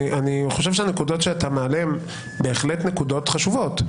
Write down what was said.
אני חושב שהנקודות שאתה מעלה הן בהחלט נקודות חשובות,